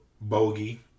Bogey